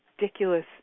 ridiculous